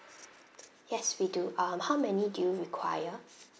yes we do um how many do you require